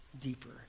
deeper